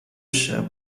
cures